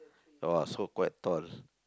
!wah! so quite tall